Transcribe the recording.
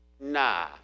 nah